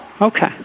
Okay